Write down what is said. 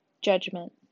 Judgment